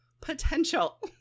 potential